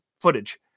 footage